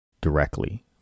directly